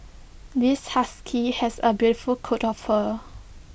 this husky has A beautiful coat of fur